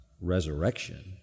resurrection